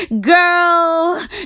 Girl